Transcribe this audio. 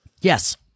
Yes